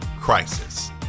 Crisis